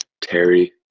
Terry